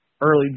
early